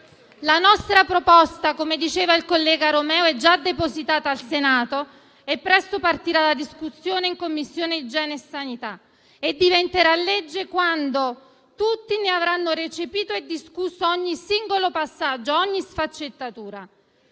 La nostra proposta - come diceva il collega Romeo - è già depositata al Senato e presto partirà la discussione in Commissione igiene e sanità e diventerà legge quando tutti ne avranno recepito e discusso ogni singolo passaggio, ogni sfaccettatura.